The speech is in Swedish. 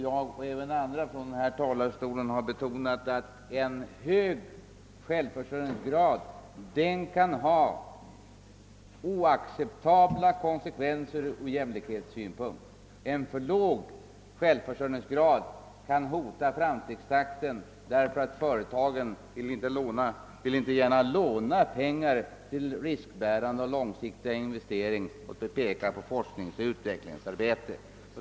Jag och även andra har från denna talarstol betonat att en hög självfinansieringsgrad kan ha ur jämlikhetssynpunkt oacceptabla konsekvenser; en alltför låg självfinansieringsgrad kan hota framstegstakten eftersom företagen inte gärna vill låna pengar till riskbärande och långsiktiga investeringar, såsom för utvecklingsoch forskningsarbete.